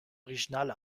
originale